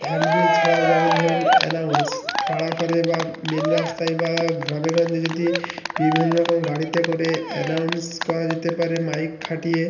hand bill ছাড়াও যেমন ধরুন অ্যানাউন্স পাড়া করে বা মেন রাস্তায় বা গ্রামে গঞ্জে যদি বিভিন্ন রকম গাড়িতে করে অ্যানাউন্স করা যেতে পারে মাইক খাটিয়ে